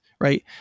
right